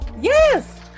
Yes